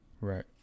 right